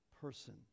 person